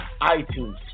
iTunes